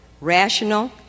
rational